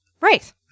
Right